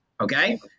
okay